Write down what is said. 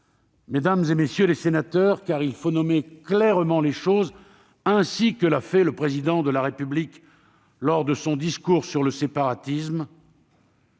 mesdames, messieurs les sénateurs, car il faut nommer clairement les choses, ainsi que s'y est employé le Président de la République lors de son discours sur le séparatisme.